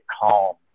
calm